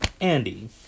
Andy